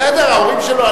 בסדר, ההורים שלו.